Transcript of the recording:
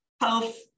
Health